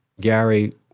Gary